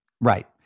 Right